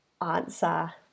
answer